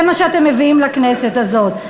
זה מה שאתם מביאים לכנסת הזאת.